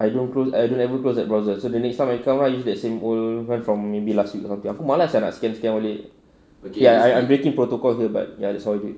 I don't close I don't ever close that browser so the next time I come ah use that same old from maybe last week or something aku malas sia nak scan scan balik ya ya I breaking protocols here but ya that's how I do it